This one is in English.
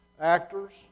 Actors